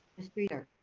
mr. yoder?